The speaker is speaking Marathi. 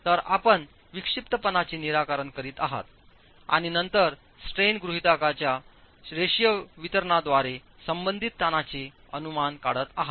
तर आपण विक्षिप्तपणाचे निराकरण करीत आहात आणि नंतर स्ट्रेन्स गृहीतकाच्या रेषीय वितरणाद्वारे संबंधित ताणांचे अनुमान काढत आहात